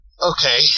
Okay